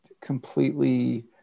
completely